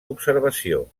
observació